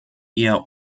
eher